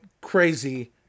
crazy